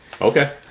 Okay